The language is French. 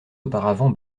auparavant